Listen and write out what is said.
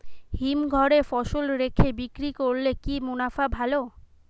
হিমঘরে ফসল রেখে বিক্রি করলে কি মুনাফা ভালো?